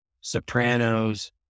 Sopranos